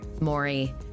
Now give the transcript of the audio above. Maury